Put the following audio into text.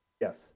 Yes